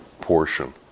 portion